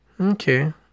Okay